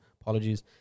apologies